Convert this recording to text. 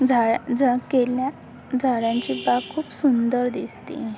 झाळा ज केल्या झाडांची बाग खूप सुंदर दिसते